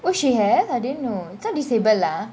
oh she has I didn't know so disable lah